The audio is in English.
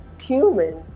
human